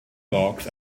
box